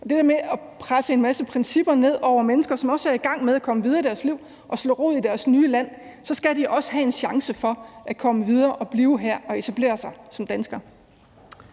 og om at presse en masse principper ned over mennesker, som er i gang med at komme videre i deres liv og slå rod i deres nye land; de skal også have en chance for at komme videre her og etablere sig som danskere.